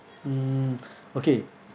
mm okay